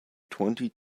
twenty